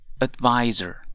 advisor